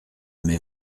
m’est